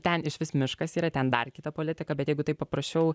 ten išvis miškas yra ten dar kita politika bet jeigu taip paprasčiau